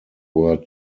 were